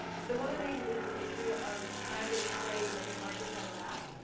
so one of these is the issue of trying to display many markers on the map.